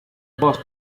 boss